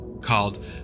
called